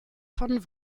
von